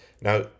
Now